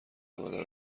آنقدر